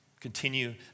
continue